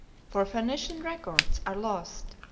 for phoenician records are lost,